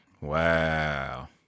Wow